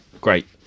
great